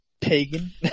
pagan